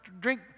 drink